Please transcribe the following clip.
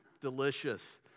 Delicious